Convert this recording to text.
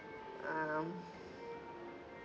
um